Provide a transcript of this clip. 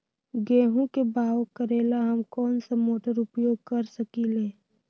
गेंहू के बाओ करेला हम कौन सा मोटर उपयोग कर सकींले?